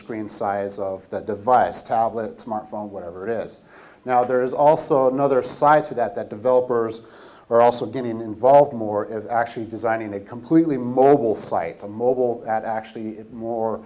screen size of that device tablet smartphone whatever it is now there is also another side to that that developers are also getting involved in more is actually designing a completely mobile site a mobile that actually more